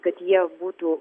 kad jie būtų